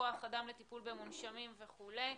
כוח אדם לטיפול במונשמים וכולי.